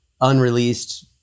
unreleased